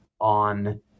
on